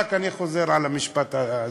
אני רק חוזר על המשפט הזה.